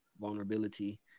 vulnerability